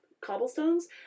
cobblestones